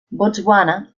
botswana